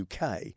UK